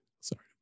Sorry